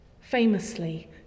famously